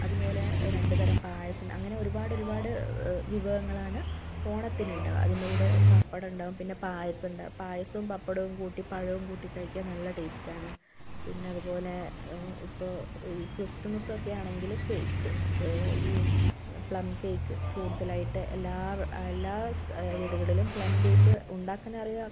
അതുപോലെ രണ്ട് തരം പായസം അങ്ങനെ ഒരുപാടൊരുപാട് വിഭവങ്ങളാണ് ഓണത്തിനുണ്ടാകുക അതിൻ്റെ കൂടെ പപ്പടമുണ്ടാകും പിന്നെ പായസമുണ്ട് പായസവും പപ്പടവും കൂട്ടി പഴവും കൂട്ടി കഴിക്കാൻ നല്ല ടേസ്റ്റാണ് പിന്നെ അതുപോലെ ഇപ്പോൾ ഈ ക്രിസ്തുമസൊക്കെ ആണെങ്കിൽ കേക്ക് ഈ പ്ലം കേക്ക് കൂടുതലായിട്ട് എല്ലാ എല്ലാ സ്ഥല വീടുകളിലും പ്ലം കേക്ക് ഉണ്ടാക്കാനറിയാ